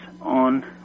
on